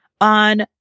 on